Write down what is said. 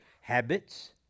habits